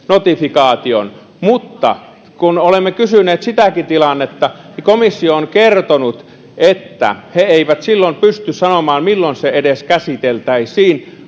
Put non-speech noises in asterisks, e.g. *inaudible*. *unintelligible* notifikaation mutta kun olemme kysyneet sitäkin tilannetta niin komissio on kertonut että he eivät pysty sanomaan edes milloin se siinä tapauksessa käsiteltäisiin *unintelligible*